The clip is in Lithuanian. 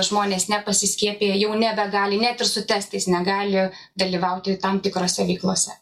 žmonės nepasiskiepiję jau nebegali net ir su testais negali dalyvauti tam tikrose veiklose